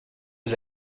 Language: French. aux